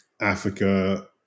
Africa